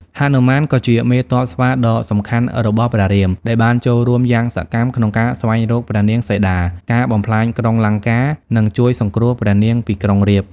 ហនុមានក៏ជាមេទ័ពស្វាដ៏សំខាន់របស់ព្រះរាម ដែលបានចូលរួមយ៉ាងសកម្មក្នុងការស្វែងរកព្រះនាងសីតា ការបំផ្លាញក្រុងលង្កា និងជួយសង្គ្រោះព្រះនាងពីក្រុងរាពណ៍ ។